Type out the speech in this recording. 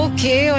Okay